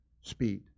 speed